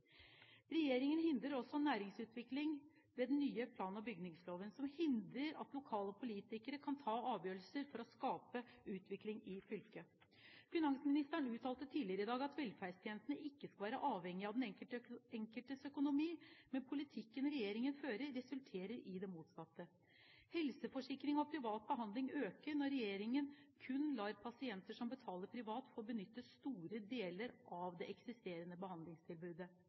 Regjeringen hindrer også næringsutvikling med den nye plan- og bygningsloven som hindrer at lokale politikere kan ta avgjørelser for å skape utvikling i fylket. Finansministeren uttalte tidligere i dag at velferdstjenestene ikke skal være avhengig av den enkeltes økonomi, men politikken regjeringen fører, resulterer i det motsatte. Helseforsikring og privat behandling øker når regjeringen kun lar pasienter som betaler privat, få benytte store deler av det eksisterende behandlingstilbudet.